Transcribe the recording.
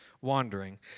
wandering